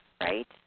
right